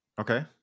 Okay